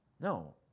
No